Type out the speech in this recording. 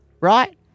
right